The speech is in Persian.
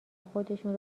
خودشون